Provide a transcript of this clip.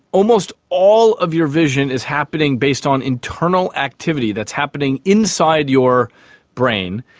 almost all of your vision is happening based on internal activity that's happening inside your brain,